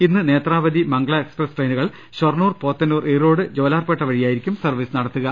ഇന്ന് നേത്രാവതി മംഗള എക്സ്പ്രസ് ട്രെയിനുകൾ ഷൊർണൂർ പോത്ത ന്നൂർ ഈറോട് ജോലാർപേട്ട വഴിയായിരിക്കും സർവീസ് നടത്തുക